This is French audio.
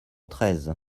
treize